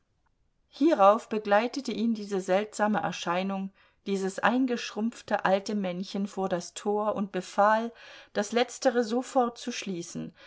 hierauf begleitete ihn diese seltsame erscheinung dieses eingeschrumpfte alte männchen vor das tor und befahl das letztere sofort zu schließen